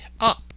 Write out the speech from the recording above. Up